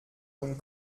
und